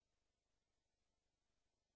אסון